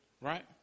right